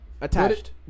attached